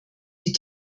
die